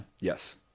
Yes